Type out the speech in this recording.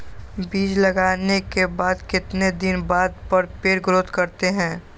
बीज लगाने के बाद कितने दिन बाद पर पेड़ ग्रोथ करते हैं?